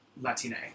Latine